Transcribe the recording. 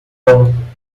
bom